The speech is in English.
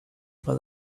but